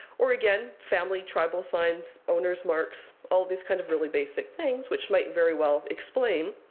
or, again, family tribal signs, owners marks, all these kind of really basic things, which might very well explain